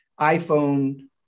iPhone